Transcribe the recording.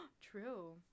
true